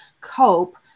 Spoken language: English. cope